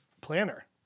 planner